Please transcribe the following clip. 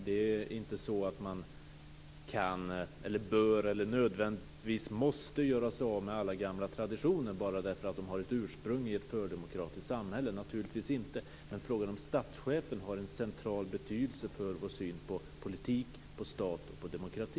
Det är inte så att man kan, bör eller nödvändigtvis måste göra sig av med alla gamla traditioner bara därför att de har ett ursprung i ett fördemokratiskt samhälle, naturligtvis inte, men frågan om statschefen har en central betydelse för vår syn på politik, stat och demokrati.